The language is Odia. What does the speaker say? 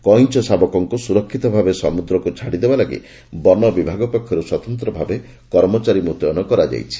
କଇଁଛ ସାବକକୁ ସୁରକିତ ଭାବେ ସମୁଦ୍ରକୁ ଛାଡ଼ି ଦେବା ଲାଗି ବନବିଭାଗ ପକ୍ଷରୁ ସ୍ୱତନ୍ତ ଭାବେ କର୍ମଚାରୀ ମୁତୟନ କରାଯାଇଛି